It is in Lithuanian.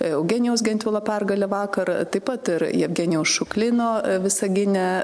eugenijaus gentvilo pergale vakar taip pat ir jevgenijaus šuklino visagine